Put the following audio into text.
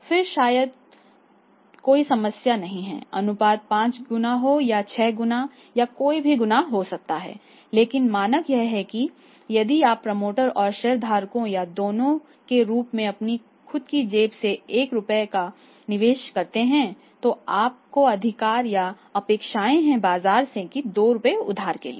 फिर शायद ही कोई समस्या है अनुपात 5 गुना हो या 6 गुना या कोई भी गुना हो सकता है लेकिन मानक यह है कि यदि आप प्रमोटर या शेयरधारकों या दोनों के रूप में अपनी खुद की जेब से 1 रुपये का निवेश करते हैं तो आपको अधिकार या अपेक्षाएं हैं बाजार से 2 रुपए उधार लिए